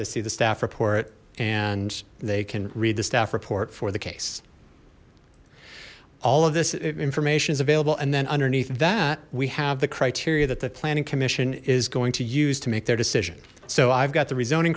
they see the staff report and they can read the staff report for the case all of this information is available and then underneath that we have the criteria that the planning committee is going to use to make their decision so i've got the rezoning